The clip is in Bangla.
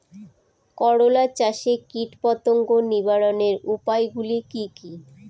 করলা চাষে কীটপতঙ্গ নিবারণের উপায়গুলি কি কী?